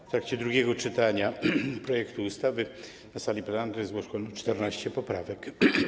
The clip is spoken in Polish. W trakcie drugiego czytania projektu ustawy na sali plenarnej zgłoszono 14 poprawek.